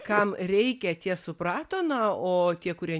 kam reikia tie suprato na o tie kurie